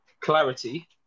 clarity